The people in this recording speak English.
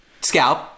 scalp